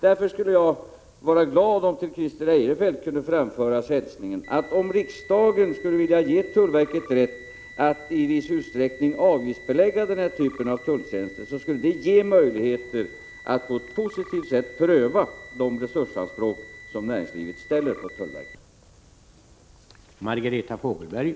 Jag skulle vara glad om till Christer Eirefelt kunde framföras hälsningen, att om riksdagen skulle vilja ge tullverket rätt att i viss utsträckning avgiftsbelägga den här typen av tulltjänster, skulle det ge möjligheter att på ett positivt sätt pröva de resursanspråk som näringslivet ställer på tullverket.